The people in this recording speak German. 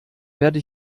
werde